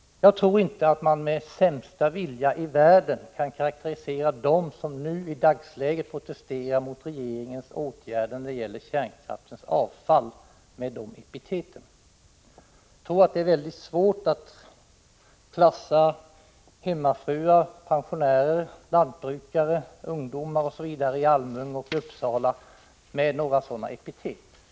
Jag tror inte att man med sämsta vilja i världen kan använda liknande epitet när man karakteriserar dem som i dag protesterar mot regeringens åtgärder när det gäller kärnkraftens avfall. Det är väldigt svårt att klassa hemmafruar, pensionärer, lantbrukare, ungdomar osv. i Almunge och Uppsala med några sådana epitet.